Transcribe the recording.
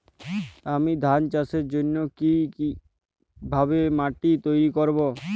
আমি ধান চাষের জন্য কি ভাবে মাটি তৈরী করব?